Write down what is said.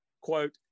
Quote